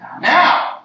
Now